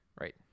Right